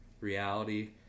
reality